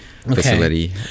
facility